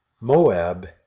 Moab